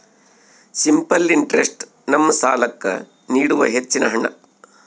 simple interest ನಮ್ಮ ಸಾಲ್ಲಾಕ್ಕ ನೀಡುವ ಹೆಚ್ಚಿನ ಹಣ್ಣ